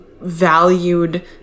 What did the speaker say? valued